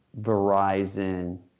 Verizon